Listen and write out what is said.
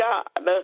God